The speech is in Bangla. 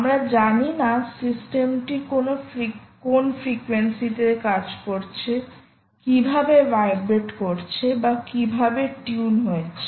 আমরা জানি না সিস্টেমটি কোন ফ্রিকোয়েন্সিতে কাজ করছে কিভাবে ভাইব্রেট করছে বা কিভাবে টিউন হয়েছে